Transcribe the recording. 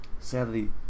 Sadly